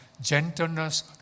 gentleness